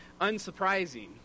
unsurprising